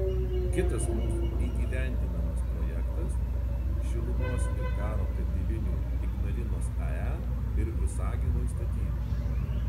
kitas mūsų įgyvendinamas projektas šilumos ir garo katilinių ignalinos ae ir visaginui statyba